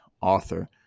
author